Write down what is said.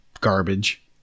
garbage